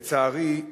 לצערי,